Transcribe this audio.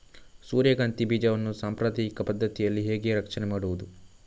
ಸೂರ್ಯಕಾಂತಿ ಬೀಜವನ್ನ ಸಾಂಪ್ರದಾಯಿಕ ಪದ್ಧತಿಯಲ್ಲಿ ಹೇಗೆ ರಕ್ಷಣೆ ಮಾಡುವುದು